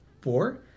four